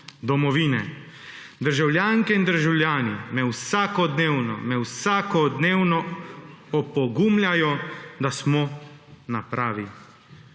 domovine. Državljanke in državljani me vsakodnevno, me vsakodnevno opogumljajo, da smo na pravi